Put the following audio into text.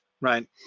right